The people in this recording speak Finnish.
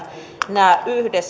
nämä yhdessä